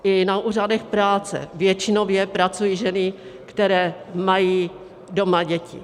I na úřadech práce většinově pracují ženy, které mají doma děti.